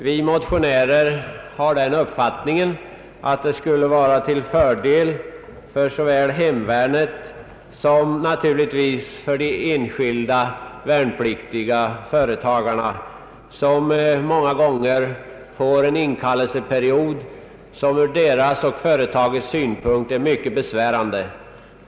Vi motionärer har den uppfattningen att ett genomförande av vårt förslag bör vara till fördel för såväl hemvärnet som naturligtvis de värnpliktiga företagarna som många gånger får en inkallelseperiod som ur deras och företagets synpunkt är mycket besvärlig.